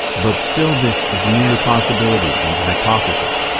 but still this is mere possibility and hypothesis.